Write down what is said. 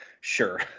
Sure